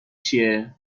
چیه